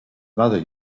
mother